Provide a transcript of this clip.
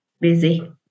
busy